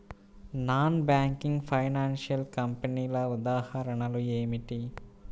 Non banking financial కంపెనీల ఉదాహరణలు ఏమిటి?